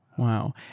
Wow